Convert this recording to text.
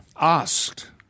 asked